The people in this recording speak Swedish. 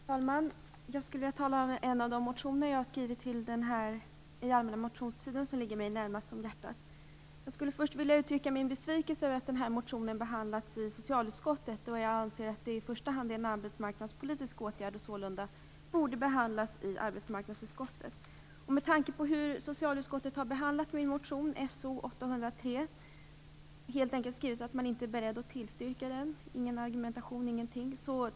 Fru talman! Jag skulle vilja tala om en av de motioner som jag varit med om att väcka under allmänna motionstiden och som ligger mig närmast om hjärtat. Först skulle jag vilja uttrycka min besvikelse över att vår motion behandlats i socialutskottet. I första hand tycker jag att det handlar om en arbetsmarknadspolitisk åtgärd. Således borde motionen bli behandlad i arbetsmarknadsutskottet. Med tanke på hur socialutskottet har behandlat motion 1996/97:So803 - utskottet skriver helt enkelt att man inte är beredd att tillstyrka den; detta utan någon som helst argumentation e.d.